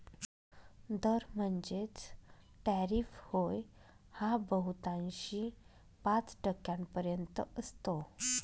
दर म्हणजेच टॅरिफ होय हा बहुतांशी पाच टक्क्यांपर्यंत असतो